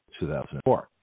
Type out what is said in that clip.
2004